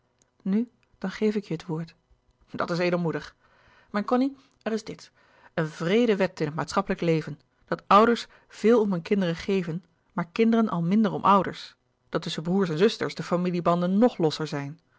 nu dan geef ik je het woord dat is edelmoedig mijn cony er is dit een wreede wet in het maatschappelijk leven dat ouders veel om hun kinderen louis couperus de boeken der kleine zielen geven maar kinderen al minder om ouders dat tusschen broêrs en zusters de familiebanden ng losser zijn